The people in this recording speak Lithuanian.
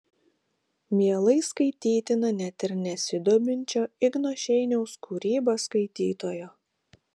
mielai skaitytina net ir nesidominčio igno šeiniaus kūryba skaitytojo